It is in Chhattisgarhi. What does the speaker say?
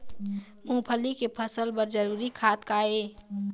मूंगफली के फसल बर जरूरी खाद का ये?